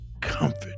comfort